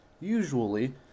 usually